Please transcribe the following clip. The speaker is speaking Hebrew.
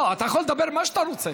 לא, אתה יכול לדבר על מה שאתה רוצה,